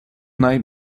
night